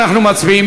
אנחנו מצביעים.